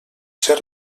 ser